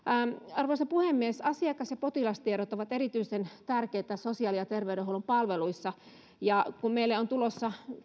arvoisa puhemies asiakas ja potilastiedot ovat erityisen tärkeitä sosiaali ja terveydenhuollon palveluissa ja kun meille on tulossa